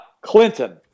Clinton